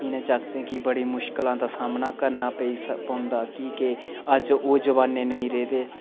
इनें जागतें गी बड़ी मुश्कलां दा सामना करना पेई स पौंदा कि के अज्ज ओह् जमानै नेईं रेह्दे